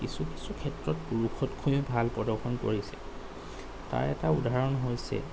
কিছু কিছু ক্ষেত্ৰত পুৰুষতকৈয়ো ভাল প্ৰদৰ্শন কৰিছে তাৰ এটা উদাহৰণ হৈছে